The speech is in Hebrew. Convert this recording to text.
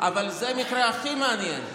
אבל זה המקרה הכי מעניין,